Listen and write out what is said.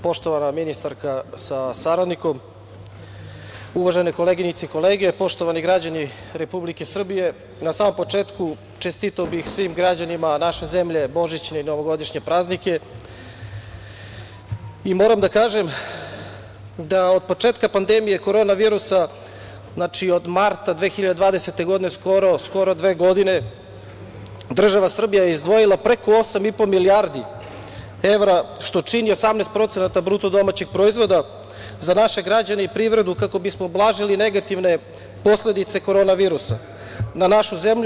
Poštovana ministarka sa saradnikom, uvažene koleginice i kolege, poštovani građani Republike Srbije, na samom početku čestitao bih svim građanima naše zemlje božićne i novogodišnje praznike i moram da kažem da od početka pandemije korona virusa, znači od marta 2020. godine, skoro dve godine, država Srbija je izdvojila preko 8,5 milijardi evra, što čini 18% BDP za naše građane i privredu, kako bismo ublažili negativne posledice korona virusa na našu zemlju.